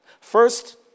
First